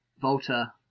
Volta